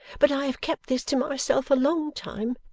but i have kept this to myself a long time,